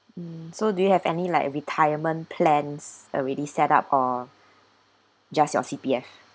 mm so do you have any like retirement plans already set up or just your C_P_F